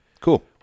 Cool